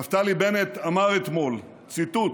נפתלי בנט אמר אתמול, ציטוט: